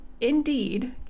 indeed